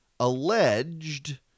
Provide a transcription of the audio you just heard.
alleged